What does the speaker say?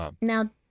now